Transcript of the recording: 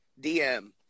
DM